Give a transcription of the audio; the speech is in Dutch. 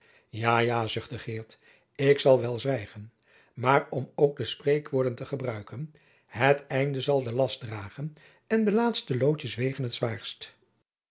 ja ja zuchtte geert ik zal wel zwijgen maar om ook de spreekwoorden te gebruiken het einde zal de last dragen en de laatste loodjes wegen t zwaarst